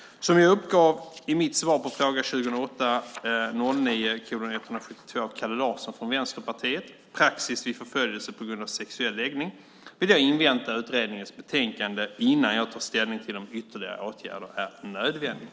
Som jag uppgav i mitt svar på fråga 2008/09:172 av Kalle Larsson från Vänsterpartiet, Praxis vid förföljelse på grund av sexuell läggning, vill jag invänta utredningens betänkande innan jag tar ställning till om ytterligare åtgärder är nödvändiga.